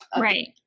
Right